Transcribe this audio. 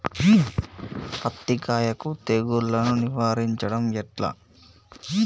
పత్తి కాయకు తెగుళ్లను నివారించడం ఎట్లా?